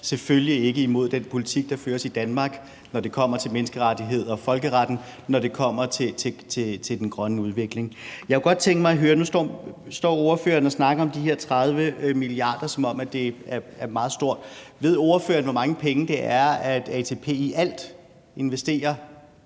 Selvfølgelig går vi ikke imod den politik, der føres i Danmark, når det kommer til menneskerettighederne og folkeretten, når det kommer til den grønne udvikling. Jeg kunne godt tænke mig at høre om noget, for nu står ordføreren og snakker om de her 30 mia. kr., som om det er et meget stort beløb. Ved ordføreren, hvor mange penge det er, at ATP i alt investerer